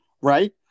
right